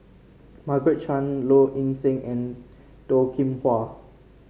Margaret Chan Low Ing Sing and Toh Kim Hwa